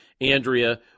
Andrea –